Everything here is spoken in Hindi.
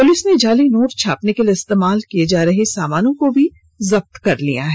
पुलिस ने जाली नोट छापने के लिए इस्तेमाल किए जा रहे सामानों को भी जब्त किया है